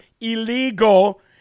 illegal